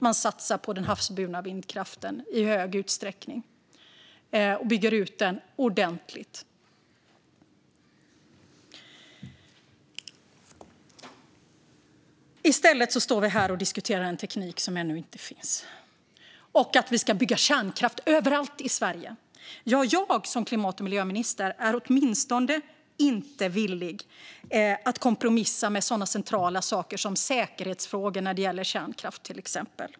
Man satsar där i stor utsträckning på den havsburna vindkraften och bygger ut den ordentligt. I stället står vi här och diskuterar en teknik som ännu inte finns och att vi ska bygga kärnkraft överallt i Sverige. Jag som klimat och miljöminister är åtminstone inte villig att kompromissa med sådana centrala saker som säkerhetsfrågor när det gäller kärnkraft, till exempel.